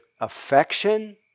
affection